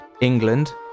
England